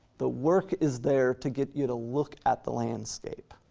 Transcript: the work is there to get you to look at the landscape,